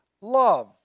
love